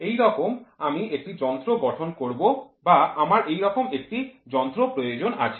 এইরকম আমি একটি যন্ত্র গঠন করব বা আমার এরকম একটি যন্ত্র প্রয়োজন আছে